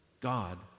God